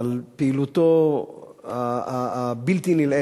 על פעילותו הבלתי-נלאית.